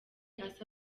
asa